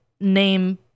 name